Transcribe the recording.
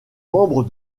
membre